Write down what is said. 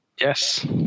Yes